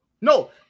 no